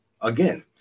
again